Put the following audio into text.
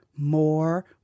more